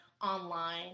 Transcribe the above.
online